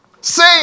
Say